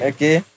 Okay